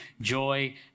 Joy